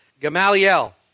Gamaliel